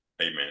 Amen